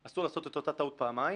אסור לעשות את אותה טעות פעמיים,